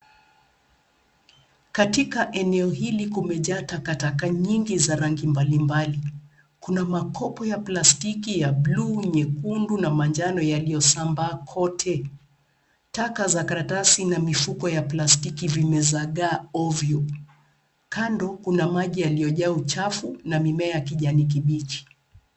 Katika eneo hili kumejaa takataka nyingi za rangi mbalimbali. Kuna makopo ya plastiki ya buluu, nyekundu na manjano yaliyosambaa kote. Taka za karatasi na mifuko ya plastiki vimezagaa ovyo. Kando, kuna maji yaliyojaa uchafu na mimea ya kijani kibichi.